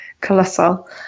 colossal